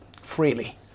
freely